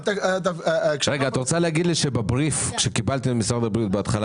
את רוצה להגיד לי שבבריף שקיבלתם בהתחלה